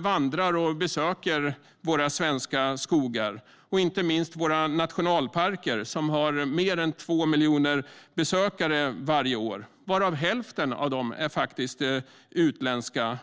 vandrar i och besöker våra svenska skogar och inte minst våra nationalparker, som har mer än 2 miljoner besökare varje år, varav hälften är utländska.